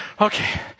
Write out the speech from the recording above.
Okay